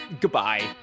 Goodbye